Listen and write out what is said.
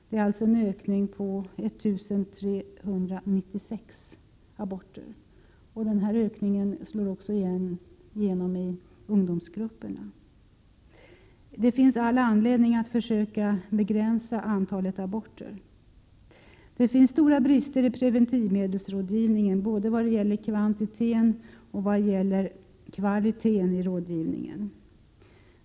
Det är alltså en ökning med 1 396 aborter, och denna ökning slår också igenom i ungdomsgrupperna. Det finns all anledning att försöka begränsa antalet aborter. Det finns stora brister i preventivmedelsrådgivningen, både vad gäller kvantiteten och kvaliteten i rådgivningen.